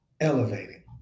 elevating